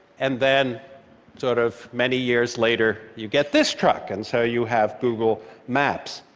and then sort of many years later, you get this truck, and so you have google maps.